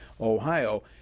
Ohio